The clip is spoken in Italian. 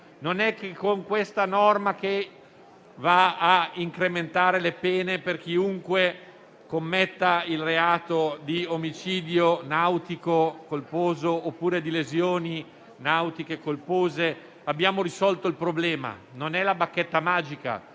Non è che con questa norma, che va a incrementare le pene per chiunque commetta il reato di omicidio nautico colposo oppure di lesioni nautiche colpose, abbiamo risolto il problema. Non è la bacchetta magica